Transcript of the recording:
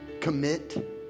Commit